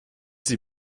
sie